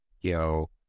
Yo